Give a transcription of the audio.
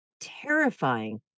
terrifying